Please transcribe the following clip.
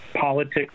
politics